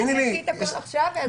נוציא הכול עכשיו.